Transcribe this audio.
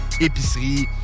épicerie